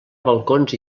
balcons